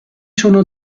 sono